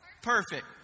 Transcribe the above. Perfect